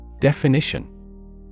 Definition